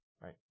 right